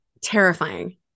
Terrifying